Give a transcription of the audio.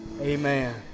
Amen